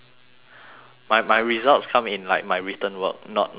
my my results come in like my written work not not in my t~